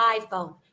iPhone